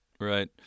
right